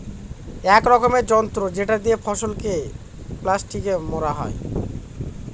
এক রকমের যন্ত্র যেটা দিয়ে ফসলকে প্লাস্টিকে মোড়া হয়